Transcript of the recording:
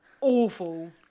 Awful